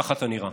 ככה אתה נראה.